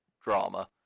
drama